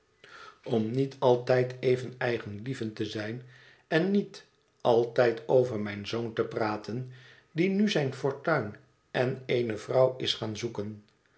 om niet altijd even eigenlievend te zijn en niet altijd over mijn zoon te praten die nu zijn fortuin en eene vrouw is gaan zoeken